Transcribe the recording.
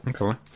Okay